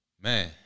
man